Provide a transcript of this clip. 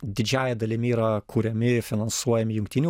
didžiąja dalimi yra kuriami ir finansuojami jungtinių